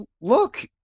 look